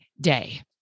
day